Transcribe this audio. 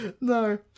No